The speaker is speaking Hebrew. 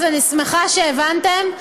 אני שמחה שהבנתם.